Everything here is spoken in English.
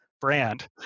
brand